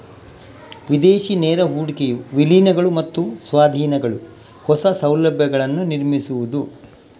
ವಿದೇಶಿ ನೇರ ಹೂಡಿಕೆಯು ವಿಲೀನಗಳು ಮತ್ತು ಸ್ವಾಧೀನಗಳು, ಹೊಸ ಸೌಲಭ್ಯಗಳನ್ನು ನಿರ್ಮಿಸುವುದು